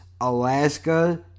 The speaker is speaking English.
Alaska